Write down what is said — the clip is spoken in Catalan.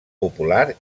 popular